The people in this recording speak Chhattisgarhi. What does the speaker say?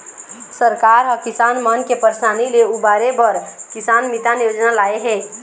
सरकार ह किसान मन के परसानी ले उबारे बर किसान मितान योजना लाए हे